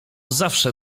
zawsze